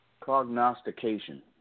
prognostication